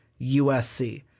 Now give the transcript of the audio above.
USC